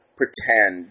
pretend